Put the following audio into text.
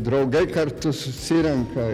draugai kartu susirenka